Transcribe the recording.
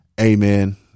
amen